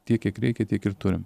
tiek kiek reikia tiek ir turim